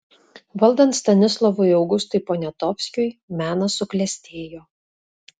valdant stanislovui augustui poniatovskiui menas suklestėjo